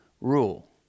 rule